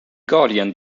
guardian